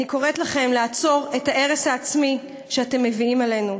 אני קוראת לכם לעצור את ההרס העצמי שאתם מביאים עלינו.